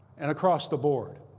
and across the board.